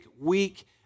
week